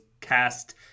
cast